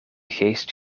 geest